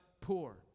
poor